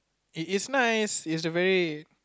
it is nice it very